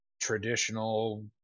traditional